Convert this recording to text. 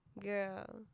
girl